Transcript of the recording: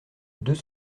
deux